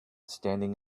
standing